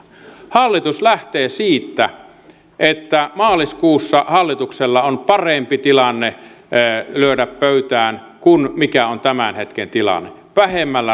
hallitus lähtee siitä että maaliskuussa hallituksella on parempi tilanne lyödä pöytään kuin mikä on tämän hetken tilanne vähemmällä rahalla